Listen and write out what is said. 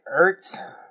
Ertz